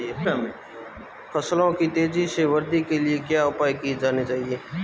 फसलों की तेज़ी से वृद्धि के लिए क्या उपाय किए जाने चाहिए?